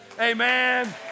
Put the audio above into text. amen